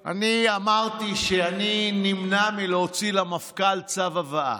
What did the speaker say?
אני אמרתי שאני נמנע מלהוציא למפכ"ל צו הבאה.